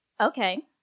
Okay